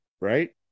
right